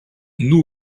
nous